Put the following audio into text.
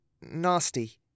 nasty